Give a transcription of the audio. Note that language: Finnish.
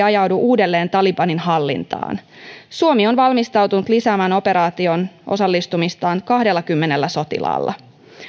ajaudu uudelleen talibanin hallintaan suomi on valmistautunut lisäämään operaatioon osallistumistaan kahdellakymmenellä sotilaalla